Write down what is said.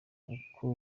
uko